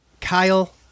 Kyle